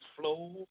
flow